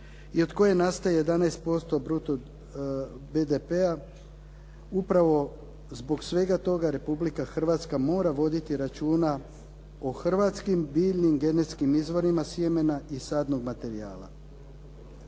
i od koje nastaje 11% bruto BDP-a. Upravo zbog svega toga Republika Hrvatska mora voditi računa o hrvatskim biljnim genetskim izvorima sjemena i sadnog materijala.